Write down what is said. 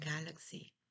galaxy